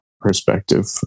perspective